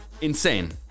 insane